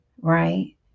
right